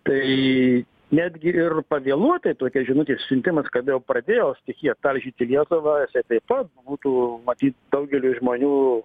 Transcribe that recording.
tai netgi ir pavėluotai tokios žinutės siuntimas kad jau pradėjo stichija talžyti lietuvą tai taip pat būtų matyt daugeliui žmonių